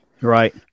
Right